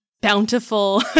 bountiful